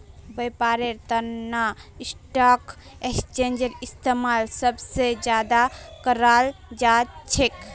व्यापारेर तना स्टाक एक्स्चेंजेर इस्तेमाल सब स ज्यादा कराल जा छेक